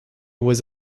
was